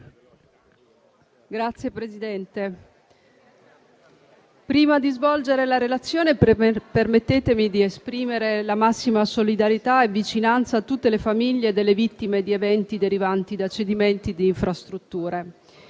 Signor Presidente, prima di svolgere la relazione, permettetemi di esprimere la massima solidarietà e vicinanza a tutte le famiglie delle vittime di eventi derivanti da cedimenti di infrastrutture.